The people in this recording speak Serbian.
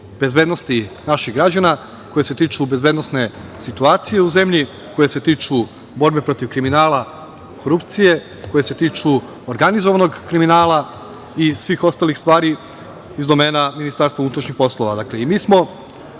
bezbednosti naših građana, koje se tiču bezbednosne situacije u zemlji, koje se tiču borbe protiv kriminala i korupcije, koje se tiču organizovanog kriminala i svih ostalih stvari iz domena Ministarstva unutrašnjih poslova. Mi